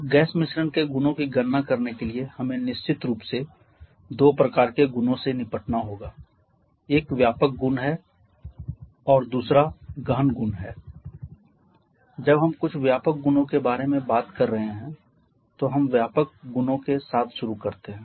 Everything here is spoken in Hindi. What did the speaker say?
अब गैस मिश्रण के गुणों की गणना करने के लिए हमें निश्चित रूप से दो प्रकार के गुणों से निपटना होगा एक व्यापक गुण है और दूसरा जब हम कुछ व्यापक गुणों के बारे में बात कर रहे हैं तो हम व्यापक गुणों के साथ शुरू करते हैं